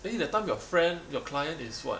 then you that time your friend your client is what